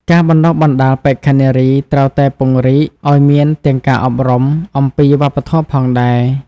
ការបណ្តុះបណ្តាលបេក្ខនារីត្រូវតែពង្រីកឲ្យមានទាំងការអប់រំអំពីវប្បធម៌ផងដែរ។